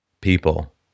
people